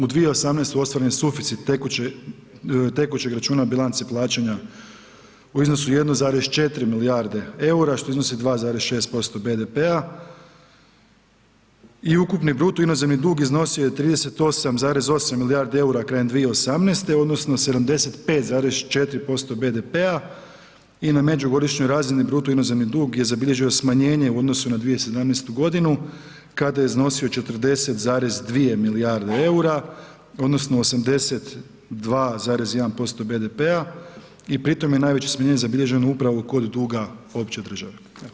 U 2018. ostvaren suficit tekućeg računa bilance plaćanja u iznosu 1,4 milijarde eura, što iznosi 2,6% BDP-a i ukupni bruto inozemni dug iznosio je 38,8 milijardi eura krajem 2018., odnosno 75,4% BDP-a i na međugodišnjoj razini bruto inozemni dug je zabilježio smanjenje u odnosu na 2017. godinu, kada je iznosio 40,2 milijarde eura odnosno 82,1% BDP-a i pritom je najveći ... zabilježen upravo kod duga opće države.